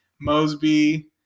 mosby